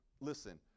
Listen